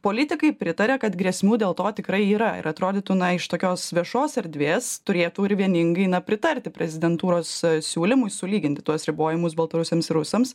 politikai pritaria kad grėsmių dėl to tikrai yra ir atrodytų na iš tokios viešos erdvės turėtų ir vieningai pritarti prezidentūros siūlymui sulyginti tuos ribojimus baltarusiams rusams